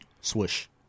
Swish